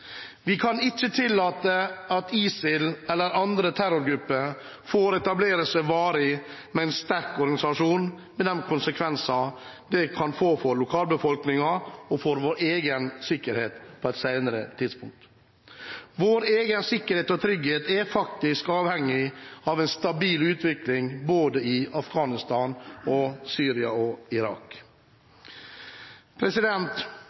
Vi kan ikke tillate at ISIL eller andre terrorgrupper får etablere seg varig, med en sterk organisasjon, med de konsekvensene det kan få for lokalbefolkningen og vår egen sikkerhet på et senere tidspunkt. Vår egen sikkerhet og trygghet er avhengig av en stabil utvikling i Afghanistan, i Syria og